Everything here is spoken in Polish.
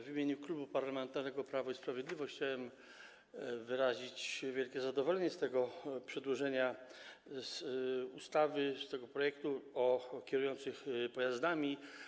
W imieniu Klubu Parlamentarnego Prawo i Sprawiedliwość chciałem wyrazić wielkie zadowolenie z tego przedłożenia, tego projektu ustawy o kierujących pojazdami.